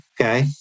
Okay